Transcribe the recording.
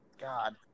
God